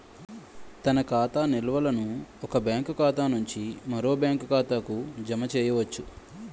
తన ఖాతా నిల్వలను ఒక బ్యాంకు ఖాతా నుంచి మరో బ్యాంక్ ఖాతాకు జమ చేయవచ్చు